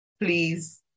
please